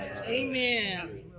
Amen